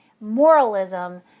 Moralism